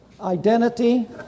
identity